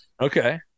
Okay